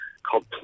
called